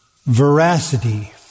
veracity